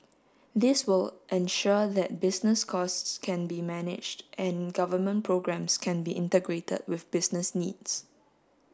this will ensure that business costs can be managed and government programmes can be integrated with business needs